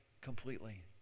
completely